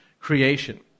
creation